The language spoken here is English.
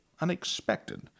unexpected